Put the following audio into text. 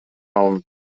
алынып